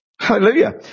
Hallelujah